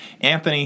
Anthony